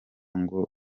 ngo